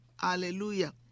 hallelujah